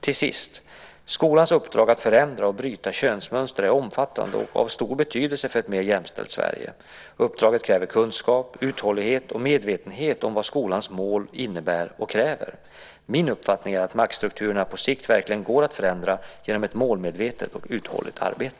Till sist: Skolans uppdrag att förändra och bryta könsmönster är omfattande och av stor betydelse för ett mer jämställt Sverige. Uppdraget kräver kunskap, uthållighet och medvetenhet om vad skolans mål innebär och kräver. Min uppfattning är att maktstrukturerna på sikt verkligen går att förändra genom ett målmedvetet och uthålligt arbete.